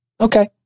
Okay